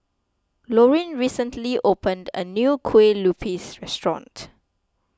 Lorin recently opened a new Kueh Lupis restaurant